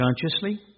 consciously